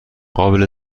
قابل